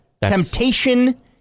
temptation